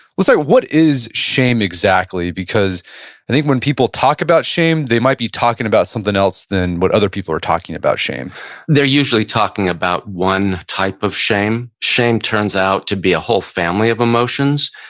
let's talk, what is shame exactly because i think when people talk about shame, they might be talking about something else than what other people are talking about shame they're usually talking about one type of shame. shame turns out to be a whole family of emotions.